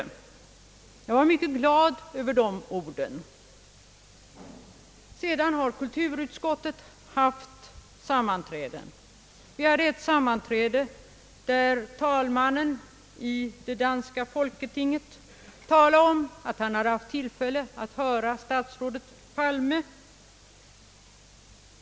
Jag var mycket glad över de orden. Sedan har kulturutskottet haft sammanträden. Vi hade ett sammanträde, där talman Julius Bombholt i det danska folketinget talade om att han haft tillfälle att höra statsrådet Palme.